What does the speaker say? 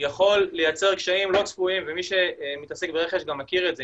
יכול לייצר קשיים לא צפויים ומי שמתעסק ברכש גם מכיר את זה.